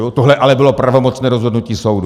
Tohle ale bylo pravomocné rozhodnutí soudu.